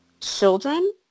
children